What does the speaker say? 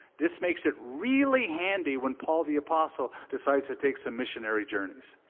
this makes it really handy when paul the apostle decides it take some missionary journeys.